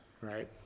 right